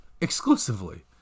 exclusively